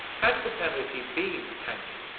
had the penalty been hanging,